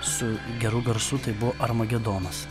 su geru garsu tai buvo armagedonas